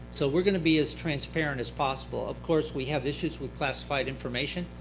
so we're going to be as transparent as possible. of course, we have issues with classified information.